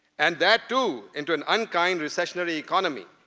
and that too into an unkind recessionary economy,